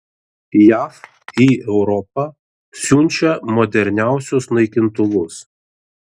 jav į europą siunčia moderniausius naikintuvus